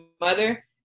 mother